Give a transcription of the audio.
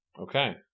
Okay